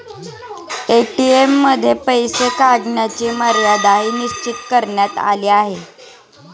ATM मध्ये पैसे काढण्याची मर्यादाही निश्चित करण्यात आली आहे